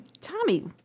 Tommy